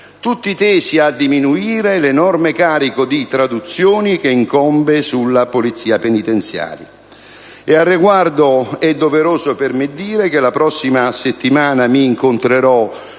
tesi a diminuire l'enorme carico di traduzioni che incombe sulla Polizia penitenziaria. Al riguardo, è doveroso per me riferire che la prossima settimana incontrerò